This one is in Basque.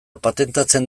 patentatzen